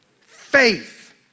faith